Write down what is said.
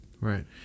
right